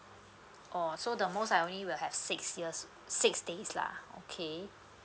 oh so the most I only will have six years six days lah okay